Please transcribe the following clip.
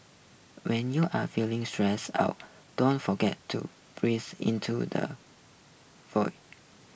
when you are feeling stressed out don't forget to breathe into the void